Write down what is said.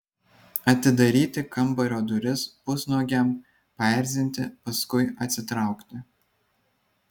atidaryti kambario duris pusnuogiam paerzinti paskui atsitraukti